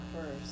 first